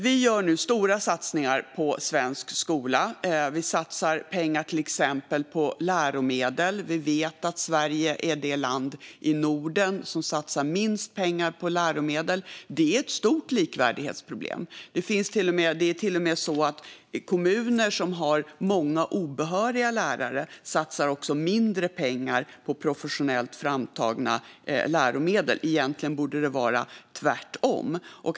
Vi gör nu stora satsningar på svensk skola. Vi satsar pengar på till exempel läromedel, och vi vet att Sverige är det land i Norden som satsar minst pengar på läromedel. Det är ett stort likvärdighetsproblem. Det är till och med så att kommuner som har många obehöriga lärare satsar också mindre pengar på professionellt framtagna läromedel. Egentligen borde det vara tvärtom.